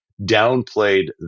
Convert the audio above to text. downplayed